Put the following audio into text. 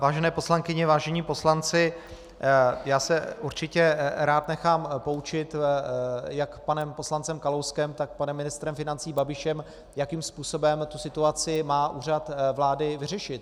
Vážené poslankyně, vážení poslanci, já se určitě rád nechám poučit jak panem poslancem Kalouskem, tak panem ministrem financí Babišem, jakým způsobem tu situaci má Úřad vlády vyřešit.